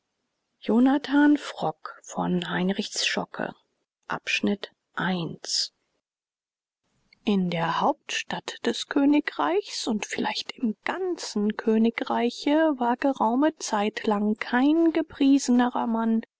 zschokke in der hauptstadt des königreichs und vielleicht im ganzen königreiche war geraume zeit lang kein gepriesenerer mann